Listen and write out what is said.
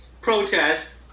protest